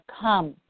come